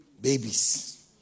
babies